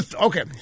okay